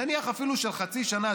נניח אפילו של חצי שנה,